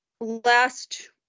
last